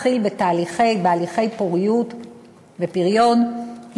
טבעי ורצתה להתחיל בתהליכי פוריות ופריון,